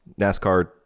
NASCAR